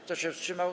Kto się wstrzymał?